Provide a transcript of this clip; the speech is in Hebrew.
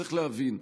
צריך להבין,